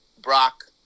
Brock